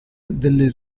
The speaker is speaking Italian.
delle